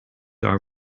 are